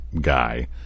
guy